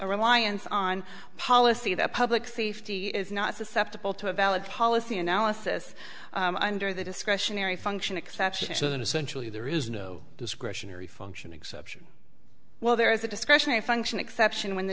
reliance on policy that public safety is not susceptible to a valid policy analysis under the discretionary function exception essentially there is no discretionary function exception well there is a discretionary function exception when the